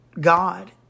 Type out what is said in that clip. God